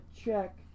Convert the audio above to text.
check